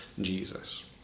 Jesus